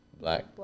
black